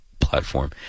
platform